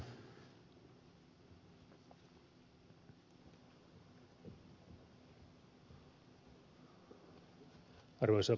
arvoisa puhemies